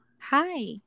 hi